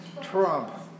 Trump